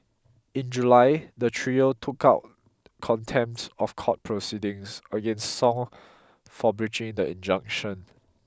in July the trio took out contempt of court proceedings against song for breaching the injunction